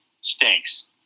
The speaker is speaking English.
Stinks